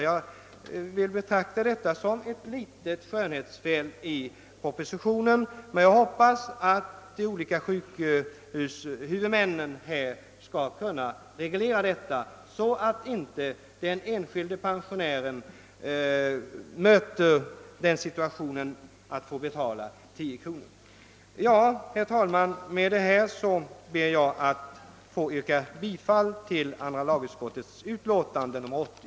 Förhållandet innebär ett litet skönhetsfel i propositionen, men jag hoppas att de olika sjukhushuvudmännen skall kunna reglera det, så att den enskilde pensionären inte blir tvungen att betala 10 kr. Herr talman! Med dessa ord ber jag att få yrka bifall till vad andra lagutskottet hemställt i utlåtandet nr 80.